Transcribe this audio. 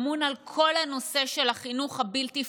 אמון על כל הנושא של החינוך הבלתי-פורמלי.